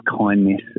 kindness